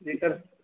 जी sir